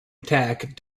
attack